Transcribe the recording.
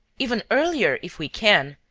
even earlier, if we can.